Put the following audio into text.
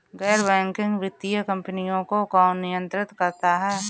गैर बैंकिंग वित्तीय कंपनियों को कौन नियंत्रित करता है?